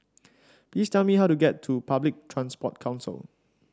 please tell me how to get to Public Transport Council